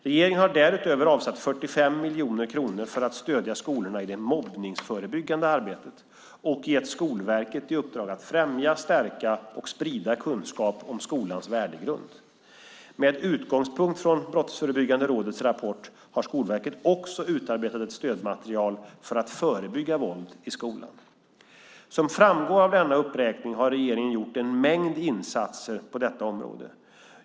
Regeringen har därutöver avsatt 45 miljoner kronor för att stödja skolorna i det mobbningsförebyggande arbetet samt gett Skolverket i uppdrag att främja, stärka och sprida kunskap om skolans värdegrund. Med utgångspunkt från Brottsförebyggande rådets rapport har Skolverket också utarbetat ett stödmaterial för att förebygga våld i skolan. Som framgår av denna uppräkning har regeringen gjort en mängd insatser på detta område.